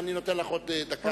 בבקשה, אני נותן לך עוד דקה.